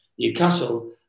Newcastle